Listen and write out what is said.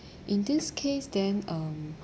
in this case then um